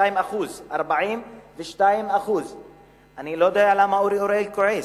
42% אני לא יודע למה אורי אריאל כועס,